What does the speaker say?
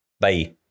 Bye